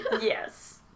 Yes